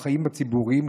בחיים הציבוריים,